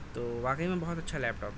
تو واقعی میں بہت اچھا لیپ ٹاپ